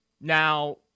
Now